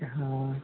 हँ